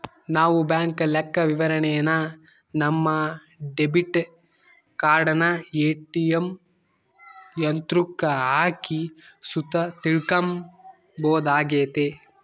ನಾವು ಬ್ಯಾಂಕ್ ಲೆಕ್ಕವಿವರಣೆನ ನಮ್ಮ ಡೆಬಿಟ್ ಕಾರ್ಡನ ಏ.ಟಿ.ಎಮ್ ಯಂತ್ರುಕ್ಕ ಹಾಕಿ ಸುತ ತಿಳ್ಕಂಬೋದಾಗೆತೆ